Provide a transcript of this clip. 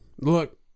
look